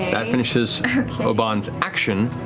that finishes obann's action.